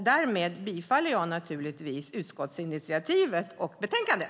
Därmed yrkar jag naturligtvis bifall till utskottsinitiativet och förslaget i betänkandet.